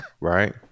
right